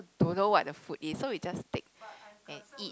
don't know what the food is so we just take and eat